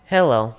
Hello